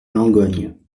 langogne